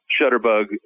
Shutterbug